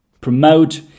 promote